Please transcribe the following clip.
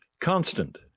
Constant